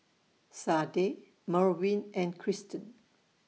Sade Merwin and Krysten